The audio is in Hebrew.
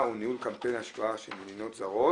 והטכנולוגיה יחד עם ועדת הפנים והגנת הסביבה.